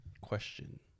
question